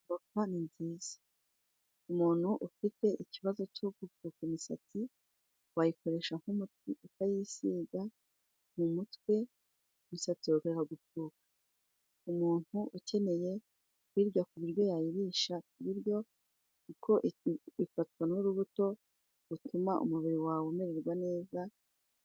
Voka ni nziza, umuntu ufite ikibazo cyo gupfuka imisatsi wayikoresha nk'umuti ukayisiga mu mutwe, umusatsi wawe ukareka gupfuka. Umuntu ukeneye kuyirya ku biryo yayirisha ibiryo kuko ifatwa nk'urubuto rutuma umubiri wawe umererwa neza.